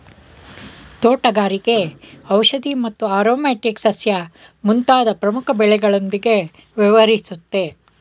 ತೋಟಗಾರಿಕೆ ಔಷಧಿ ಮತ್ತು ಆರೊಮ್ಯಾಟಿಕ್ ಸಸ್ಯ ಮುಂತಾದ್ ಪ್ರಮುಖ ಬೆಳೆಗಳೊಂದ್ಗೆ ವ್ಯವಹರಿಸುತ್ತೆ